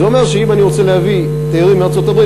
זה אומר שאם אני רוצה להביא תיירים מארצות-הברית,